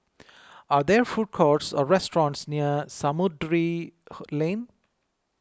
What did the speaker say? are there food courts or restaurants near Samudera Lane